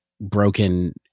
broken